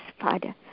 Father